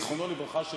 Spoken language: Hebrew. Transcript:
זיכרונו לברכה,